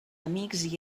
amics